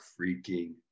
freaking